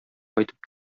кайтып